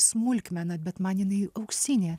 smulkmena bet man jinai auksinė